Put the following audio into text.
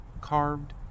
carved